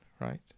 right